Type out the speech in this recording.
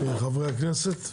חברי הכנסת.